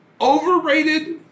overrated